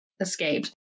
escaped